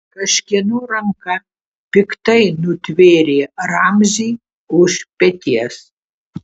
kažkieno ranka piktai nutvėrė ramzį už peties